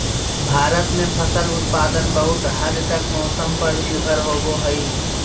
भारत में फसल उत्पादन बहुत हद तक मौसम पर निर्भर होबो हइ